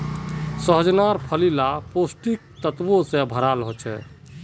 सह्जानेर फली ला पौष्टिक तत्वों से भराल होचे